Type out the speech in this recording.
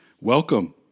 Welcome